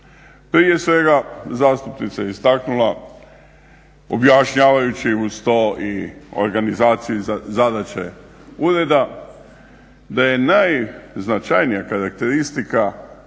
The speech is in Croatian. Prije svega zastupnica je istaknula objašnjavajući uz to i organizaciju zadaće ureda da je najznačajnija karakteristika